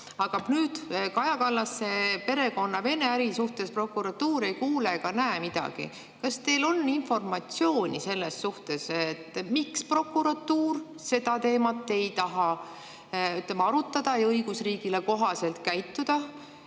Aga Kaja Kallase perekonna Vene äri suhtes prokuratuur ei kuule ega näe midagi. Kas teil on informatsiooni, miks prokuratuur seda teemat ei taha, ütleme, arutada ja õigusriigile kohaselt käituda,